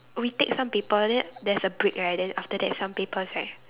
we take some paper then there's a break right then after that some papers right